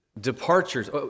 departures